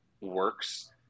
works